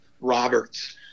Roberts